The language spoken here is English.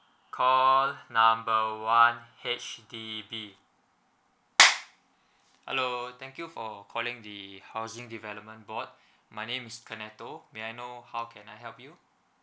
call number one H_D_B hello thank you for calling the housing development board my name is kenathol may I know how can I help you